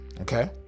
okay